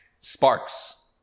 sparks